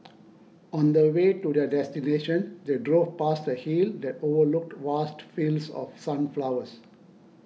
on the way to their destination they drove past a hill that overlooked vast fields of sunflowers